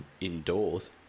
indoors